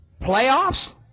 Playoffs